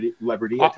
Liberty